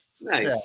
Nice